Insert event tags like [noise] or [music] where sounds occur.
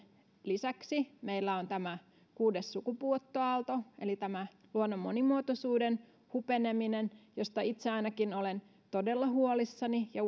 lisäksi meillä on tämä kuudes sukupuuttoaalto eli luonnon monimuotoisuuden hupeneminen josta itse ainakin olen todella huolissani ja [unintelligible]